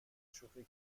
شوخی